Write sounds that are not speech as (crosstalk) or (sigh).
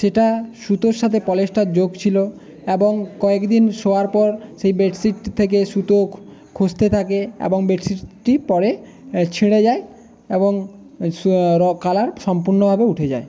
সেটা সুতোর সাথে পলিয়েস্টার যোগ ছিলো এবং কয়েক দিন শোয়ার পর সেই বেডশিটটি থেকে সুতো খসতে থাকে এবং বেডশিটটি পরে ছিঁড়ে যায় এবং (unintelligible) কালার সম্পূর্ণভাবে উঠে যায়